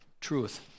Truth